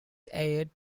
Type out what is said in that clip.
aired